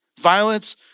violence